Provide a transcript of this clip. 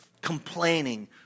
complaining